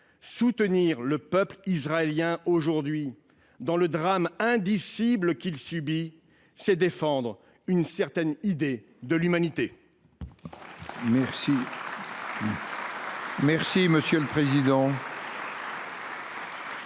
soutenir le peuple israélien aujourd’hui dans le drame indicible qu’il subit, c’est défendre une certaine idée de l’humanité.